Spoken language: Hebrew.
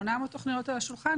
800 תוכניות על השולחן,